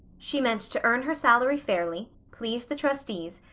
she meant to earn her salary fairly, please the trustees,